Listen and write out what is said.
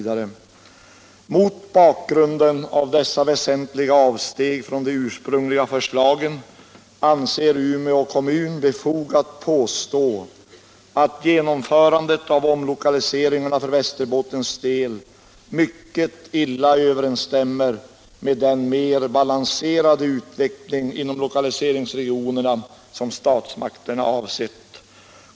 det ”Mot bakgrunden av dessa väsentliga avsteg från de ursprungliga förslagen anser Umeå kommun befogat påstå att genomförandet av omlokaliseringarna för Västerbottens del mycket illa överensstämmer med den mer balanserade utveckling inom lokaliseringsregionerna som statsmakterna avsett.